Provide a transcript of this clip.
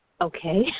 Okay